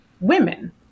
women